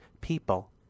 people